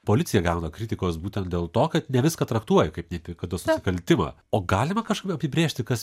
policija gauna kritikos būtent dėl to kad ne viską traktuoja kaip neapykantos nusikaltimą o galima kažkaip apibrėžti kas